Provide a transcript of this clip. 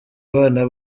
abana